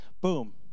boom